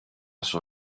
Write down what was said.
sur